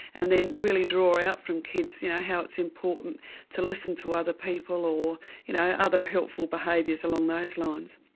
and then really draw out from kids yeah how it's important to listen to other people, or you know other helpful behaviours along those lines.